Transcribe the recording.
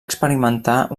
experimentar